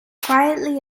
quietly